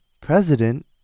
president